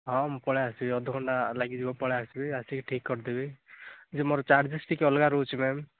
ହଁ ମୁଁ ପଳାଇଆସିବି ଅଧ ଘଣ୍ଟା ଲାଗିଯିବ ପଳାଇଆସିବି ଆସିକି ଠିକ୍ କରିଦେବି ଯେ ମୋର ଚାର୍ଜେସ୍ ଟିକିଏ ଅଲଗା ରହୁଛି ମ୍ୟାମ୍